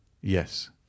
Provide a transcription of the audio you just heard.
Yes